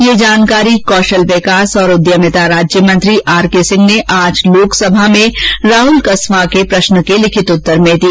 यह जानकारी कौशल विकास और उद्यमिता राज्य मंत्री आर के सिंह से आज लोकसभा में सांसद राहुल कसवा के प्रश्न के लिखित उत्तर में दी